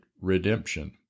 redemption